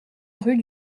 rue